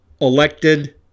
elected